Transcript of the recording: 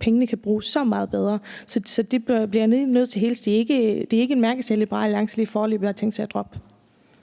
pengene kan bruges så meget bedre. Så jeg bliver nødt til lige at sige, at det ikke er en mærkesag, Liberal Alliance lige foreløbig har tænkt sig at droppe.